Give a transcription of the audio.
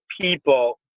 people